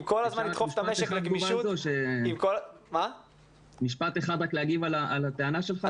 אם כל הזמן נדחף את המשק לגמישות --- משפט אחד רק להגיב על הטענה שלך?